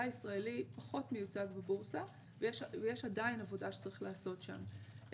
הישראלי פחות מיוצג בבורסה ויש עדיין עבודה שצריך לעשות שם.